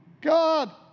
God